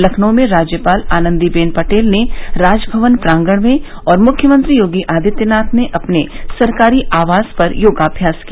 लखनऊ में राज्यपाल आनंदीबेन पटेल ने राजभवन प्रांगण में और मुख्यमंत्री योगी आदित्यनाथ ने अपने सरकारी आवास पर योगाभ्यास किया